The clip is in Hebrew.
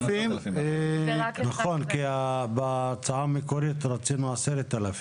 נכון, כי בהצעה המקורית רצינו 10,000